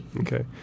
okay